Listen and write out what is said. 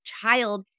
child